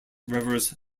rivers